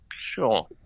Sure